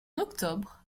octobre